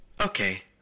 Okay